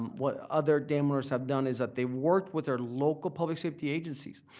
what other dam owners have done is that they've worked with their local public safety agencies,